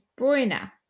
Bruyne